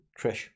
Trish